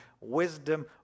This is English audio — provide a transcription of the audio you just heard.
wisdom